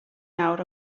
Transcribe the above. nawr